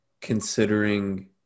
considering